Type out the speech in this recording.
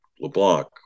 LeBlanc